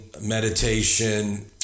meditation